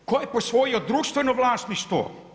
Tko je posvojio društveno vlasništvo.